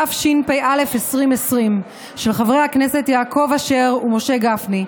התשפ"א 2020, של חברי הכנסת יעקב אשר ומשה גפני.